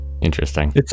Interesting